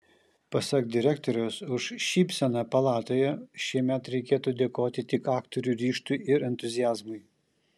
pasak direktoriaus už šypseną palatoje šiemet reikėtų dėkoti tik aktorių ryžtui ir entuziazmui